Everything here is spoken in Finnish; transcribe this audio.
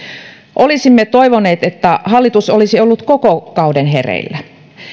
olisimme toivoneet että hallitus olisi ollut koko kauden hereillä